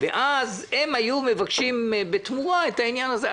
ואז הם היו מבקשים בתמורה את העניין הזה.